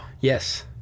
Yes